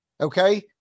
okay